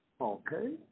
Okay